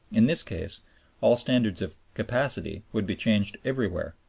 in this case all standards of capacity would be changed everywhere.